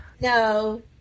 no